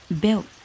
built